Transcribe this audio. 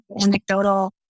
anecdotal